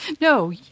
no